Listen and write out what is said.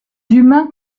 humains